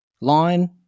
line